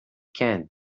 can